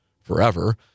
forever